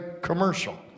commercial